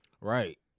Right